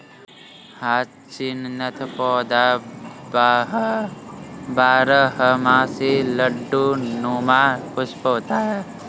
hyacinth पौधा बारहमासी लट्टू नुमा पुष्प होता है